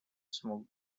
smoke